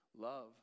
Love